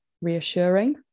reassuring